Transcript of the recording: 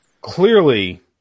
clearly